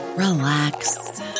Relax